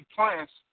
Plants